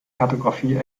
kartographie